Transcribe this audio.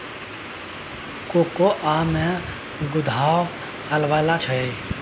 cocoa के गुद्दा सुइख जाइ छइ आ कोकोआ के बिया अलग हो जाइ छइ